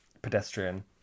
Pedestrian